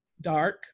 dark